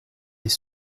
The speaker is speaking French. les